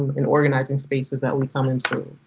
in organizing spaces that we come into.